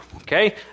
Okay